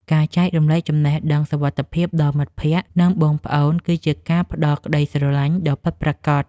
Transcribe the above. ការចែករំលែកចំណេះដឹងសុវត្ថិភាពដល់មិត្តភក្តិ និងបងប្អូនគឺជាការផ្តល់ក្តីស្រឡាញ់ដ៏ពិតប្រាកដ។